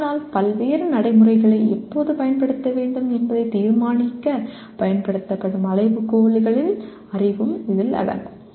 ஆனால் பல்வேறு நடைமுறைகளை எப்போது பயன்படுத்த வேண்டும் என்பதை தீர்மானிக்க பயன்படுத்தப்படும் அளவுகோல்களின் அறிவும் இதில் அடங்கும்